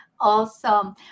Awesome